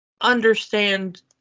understand